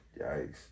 Yikes